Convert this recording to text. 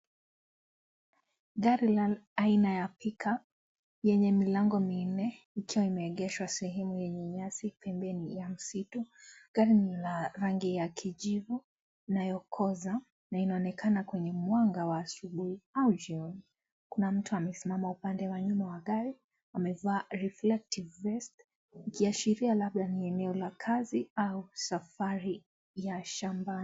Gari la aina ya pickup lenye milango minne ikiwa imeegheshwa sehemu yenye nyasi pembeni mwa msitu , gari ni la rangi la kijivu inayokoza na inaonekana kwenye mwanga wa asubuhi au jioni, kuna mtu amesimama upande wa nyuma ya gari amevaa reflective vest kuashiria labda ni eneo la kazi au safari ya shambani.